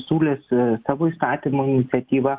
siūlėsi savo įstatymo iniciatyva